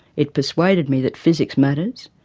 it persuaded me that physics matters,